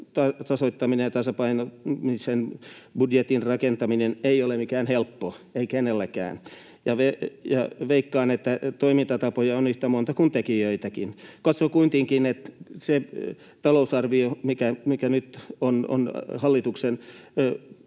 tasapainottaminen ja tasapainoisen budjetin rakentaminen ei ole mikään helppo tehtävä, ei kenelläkään, ja veikkaan, että toimintatapoja on yhtä monta kuin tekijääkin. Katson kuitenkin, että se talousarvio, mikä nyt on hallituksella,